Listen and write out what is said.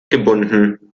gebunden